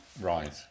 right